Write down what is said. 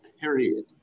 period